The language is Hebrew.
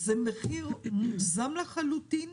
זה מחיר מוגזם לחלוטין.